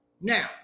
Now